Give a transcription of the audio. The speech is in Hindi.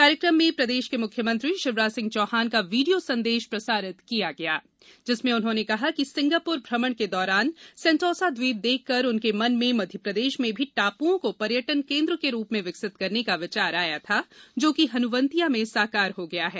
कार्यक्रम में प्रदेश के मुख्यमंत्री शिवराज सिंह चौहान का वीडियो संदेश प्रसारित किया गया जिसमें उन्होंने कहा कि सिंगापुर भ्रमण के दौरान सेंटोसा द्वीप देखकर उनके मन में मध्यप्रदेश में भी टापूओं को पर्यटन केन्द्र के रूप में विकसित करने का विचार आया था जो कि हनुवंतिया में साकार हो गया है